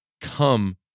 come